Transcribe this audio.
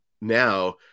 now